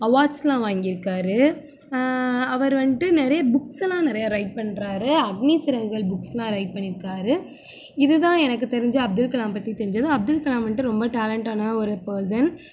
அவார்ட்ஸ்லாம் வாங்கி இருக்கார் அவர் வந்துட்டு நிறைய புக்ஸ்ஸெல்லாம் நிறைய ரைட் பண்ணுறாரு அக்னி சிறகுகள் புக்ஸ்லாம் ரைட் பண்ணியிருக்கார் இதுதான் எனக்கு தெரிந்த அப்துல் கலாம் பற்றி தெரிஞ்சது அப்துல் கலாம் வந்துட்டு ரொம்ப டேலண்ட்டான ஒரு பேர்சன்